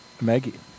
Maggie